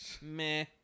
Meh